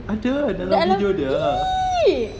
dalam !ee!